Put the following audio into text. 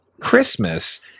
Christmas